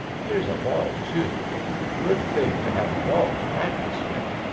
here's a ball, too good thing to have a ball to practise with.